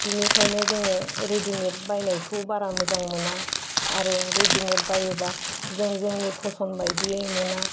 बेनिखायनो जोङो रेदिमेद बायनायखौ बारा मोजां मोना आरो रेदिमेद बायोबा जों जोंनि फसन्द बायदियै मोना